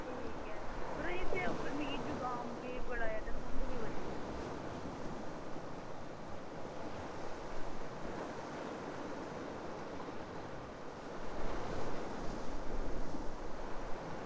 पर एह्दे उप्पर मिगी जुकाम बी बड़ा ते खंघ बी बड़ी ऐ